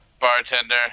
bartender